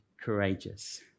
courageous